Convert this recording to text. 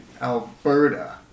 Alberta